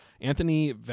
Anthony